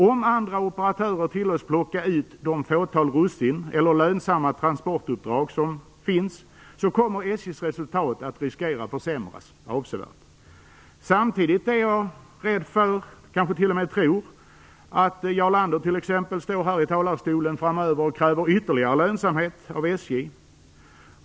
Om andra operatörer tillåts plocka ut de fåtal russin eller lönsamma transportuppdrag som finns kommer SJ:s resultat att riskera att försämras avsevärt. Samtidigt är jag rädd för - jag kanske t.o.m. tror - att Jarl Lander, t.ex., står här i talarstolen framöver och kräver ytterligare lönsamhet av SJ.